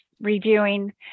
reviewing